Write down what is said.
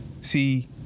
See